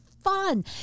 fun